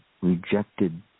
rejected